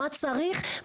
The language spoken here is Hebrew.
מה צריך.